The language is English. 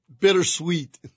bittersweet